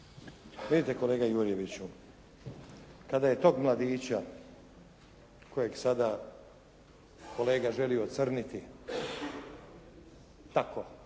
Vidite kolega Jurjeviću, kada je tog mladića kojeg sada kolega želi ocrniti tako